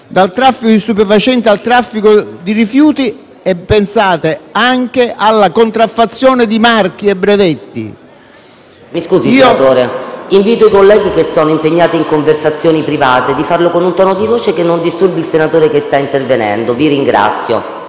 dal traffico di stupefacenti al traffico di rifiuti e - pensate - anche alla contraffazione di marchi e brevetti. *(Brusio)*. PRESIDENTE. Mi scusi, senatore Grasso. Invito i colleghi che sono impegnati in conversazioni private a farlo con un tono di voce che non disturbi il senatore che sta intervenendo. Vi ringrazio.